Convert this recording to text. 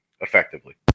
effectively